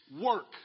work